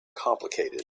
complicated